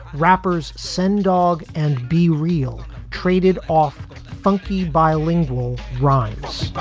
rappers send dog and be real traded off funky bilingual rhymes.